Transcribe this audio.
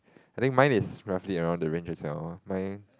I think mine is roughly around the range as well mine